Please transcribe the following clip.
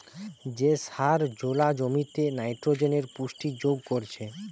যে সার জোলা জমিতে নাইট্রোজেনের পুষ্টি যোগ করছে